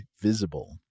Visible